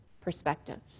perspectives